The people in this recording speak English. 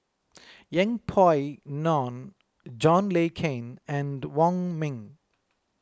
Yeng Pway Ngon John Le Cain and Wong Ming